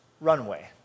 runway